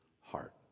heart